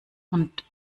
und